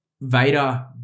Vader